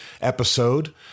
episode